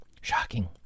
shocking